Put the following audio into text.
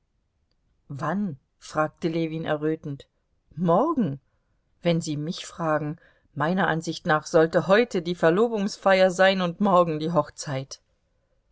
wann fragte ljewin errötend morgen wenn sie mich fragen meiner ansicht nach sollte heute die verlobungsfeier sein und morgen die hochzeit